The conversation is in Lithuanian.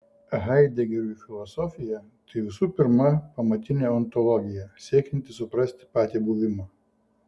haidegeriui filosofija tai visų pirma pamatinė ontologija siekianti suprasti patį buvimą